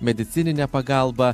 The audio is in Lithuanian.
medicininę pagalbą